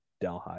Delhi